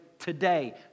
Today